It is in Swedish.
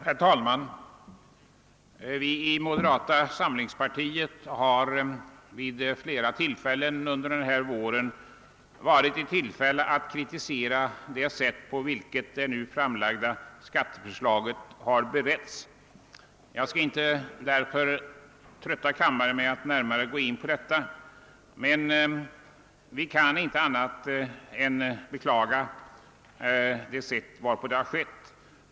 Herr talman! Vi i moderata samlingspartiet har vid flera tillfällen under den här våren kritiserat det sätt på vilket det nu framlagda skatteförslaget har beretts. Jag skall därför inte trötta kammaren med att närmare gå in på den saken, men vi kan inte annat än beklaga vad som har förekommit.